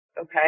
Okay